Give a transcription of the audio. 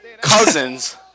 cousins